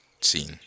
scene